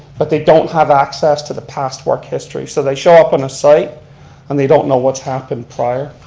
but they don't have access to the past work history. so they show up on a site and they don't know what's happened prior.